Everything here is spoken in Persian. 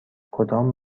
کدام